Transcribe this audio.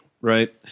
right